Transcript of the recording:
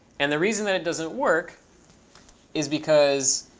and the reason that it doesn't work is because,